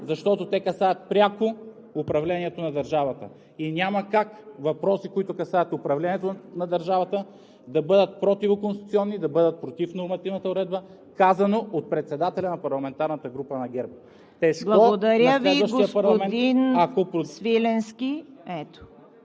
защото те касаят пряко управлението на държавата и няма как въпроси, които касаят управлението на държавата да бъдат противоконституционни, да бъдат против нормативната уредба, казано от председателя на парламентарната група на ГЕРБ. ПРЕДСЕДАТЕЛ ЦВЕТА КАРАЯНЧЕВА: Благодаря Ви, господин Свиленски.